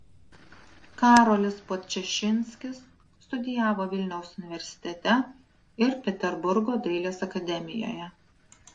karolis podčašinskis studijavo vilniaus universitete ir peterburgo dailės akademijoje